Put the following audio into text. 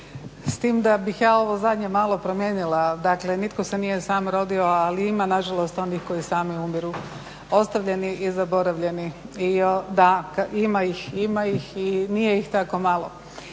S tim da bih ja ovo zadnje malo promijenila. Dakle, nitko se nije sam rodio, ali ima nažalost onih koji sami umiru, ostavljeni i zaboravljeni. Da, ima ih, ima ih i nije ih tako malo.